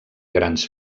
grans